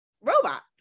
robot